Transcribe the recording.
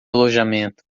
alojamento